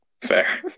Fair